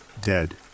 Dead